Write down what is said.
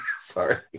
sorry